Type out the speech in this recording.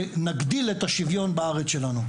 ונגדיל את השוויון בארץ שלנו.